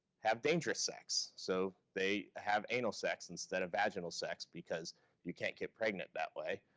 have dangerous sex. so they have anal sex instead of vaginal sex because you can't get pregnant that way.